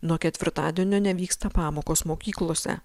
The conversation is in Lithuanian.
nuo ketvirtadienio nevyksta pamokos mokyklose